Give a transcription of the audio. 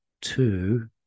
two